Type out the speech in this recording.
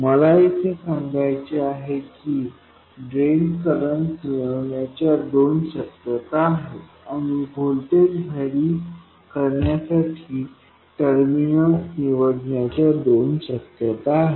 मला येथे सांगायचे आहे की ड्रेन करंट मिळवण्या च्या दोन शक्यता आहेत आणि व्होल्टेज VGS वेरी करण्यासाठी टर्मिनल निवडण्याच्या दोन शक्यता आहेत